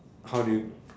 how do you